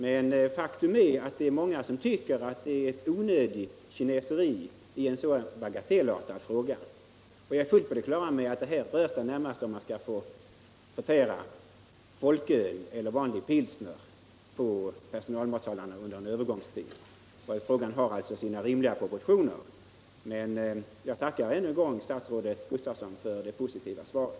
Men faktum är att det är många som tycker att detta är onödigt kineseri i en så bagatellartad fråga. Jag är fullt på det klara med att det här närmast gäller, om man skall få förtära folköl eller vanlig pilsner i personalmatsalarna under en övergångstid. Frågan har alltså rimliga proportioner. Jag tackar än en gång statsrådet Gustavsson för det positiva svaret.